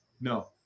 No